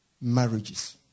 marriages